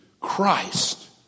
Christ